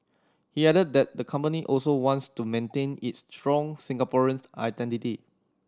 he added that the company also wants to maintain its strong Singaporeans identity